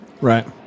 right